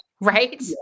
Right